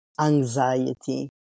anxiety